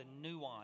nuance